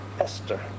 Esther